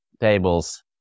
tables